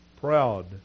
proud